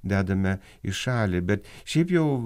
dedame į šalį bet šiaip jau